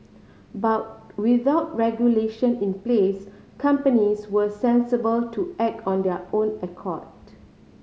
but without regulation in place companies were sensible to act on their own accord